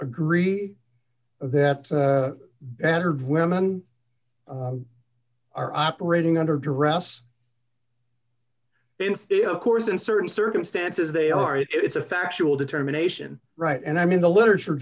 agree that battered women are operating under duress of course in certain circumstances they are it's a factual determination right and i mean the literature